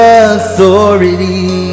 authority